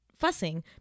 fussing